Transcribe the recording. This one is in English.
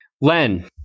Len